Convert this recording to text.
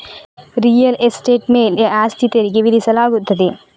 real estate ಮೇಲೆ ಆಸ್ತಿ ತೆರಿಗೆ ವಿಧಿಸಲಾಗುತ್ತದೆ